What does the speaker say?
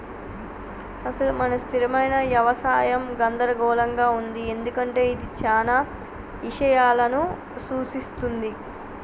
అసలు మన స్థిరమైన యవసాయం గందరగోళంగా ఉంది ఎందుకంటే ఇది చానా ఇషయాలను సూఛిస్తుంది